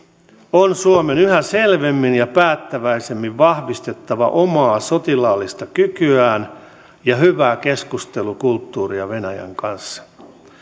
on suomen yhä selvemmin ja päättäväisemmin vahvistettava omaa sotilaallista kykyään ja hyvää keskustelukulttuuria venäjän kanssa